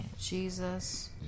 Jesus